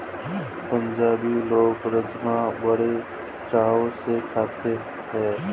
पंजाबी लोग राज़मा बड़े चाव से खाते हैं